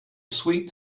sweet